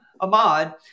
Ahmad